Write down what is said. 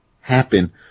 happen